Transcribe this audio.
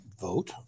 vote